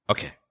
Okay